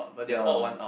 ya